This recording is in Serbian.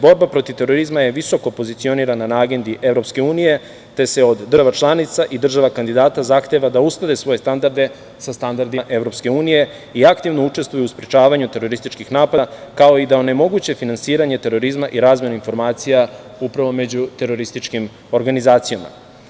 Borba protiv terorizma je visoko pozicionirana na agendi EU, te se od država članica i država kandidata zahteva da usklade svoje standarde sa standardima EU i aktivno učestvuju u sprečavanju terorističkih napada, kao i da onemoguće finansiranje terorizma i razmenu informacija upravo među terorističkim organizacijama.